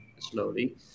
slowly